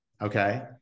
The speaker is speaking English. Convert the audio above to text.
Okay